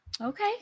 okay